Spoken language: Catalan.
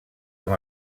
amb